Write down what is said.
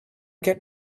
get